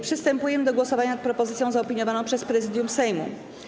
Przystępujemy go głosowania nad propozycją zaopiniowaną przez Prezydium Sejmu.